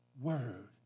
word